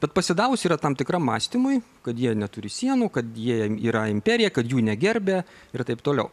bet pasidavusi yra tam tikram mąstymui kad jie neturi sienų kad jiems yra imperija kad jų negerbia ir taip toliau